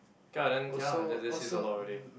okay lah then ya lah then that says a lot already